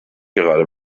gerade